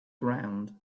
ground